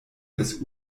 des